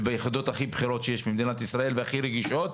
וביחידות הכי בכירות שיש במדינת ישראל והכי רגישות.